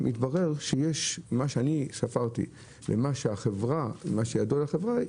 מתברר שיש פער גדול מאוד בין מה שאני ספרתי לבין מה שידוע לחברה.